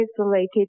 isolated